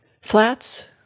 Flats